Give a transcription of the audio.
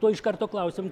tuoj iš karto klausiam